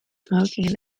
smoking